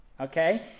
okay